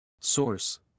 Source